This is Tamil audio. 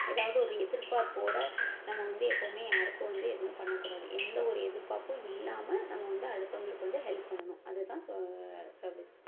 ஏதாவது ஒரு எதிர்ப்பார்ப்போடு நம்ம வந்து எப்போவுமே யாருக்கும் வந்து எதுவும் பண்ணக்கூடாது எந்த ஒரு எதிர்ப்பார்ப்பும் இல்லாமல் நம்ம வந்து அடுத்தவர்களுக்கு வந்து ஹெல்ப் பண்ணணும் அது தான் ச சர்வீஸ்